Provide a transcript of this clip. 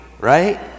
right